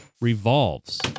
revolves